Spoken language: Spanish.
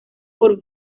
por